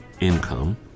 income